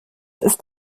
ist